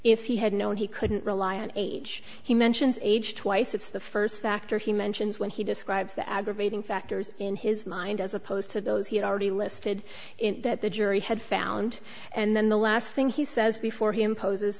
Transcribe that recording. if he had known he couldn't rely on age he mentions age twice it's the first factor he mentions when he describes the aggravating factors in his mind as opposed to those he had already listed that the jury had found and then the last thing he says before he imposes